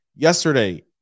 Yesterday